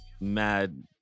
mad